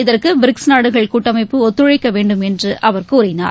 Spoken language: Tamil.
இதற்குபிரிக்ஸ் நாடுகள் கூட்டமைப்பு ஒத்துழைக்கவேண்டும் என்றுஅவர் கூறினார்